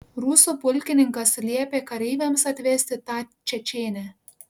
rusų pulkininkas liepė kareiviams atvesti tą čečėnę